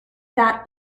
that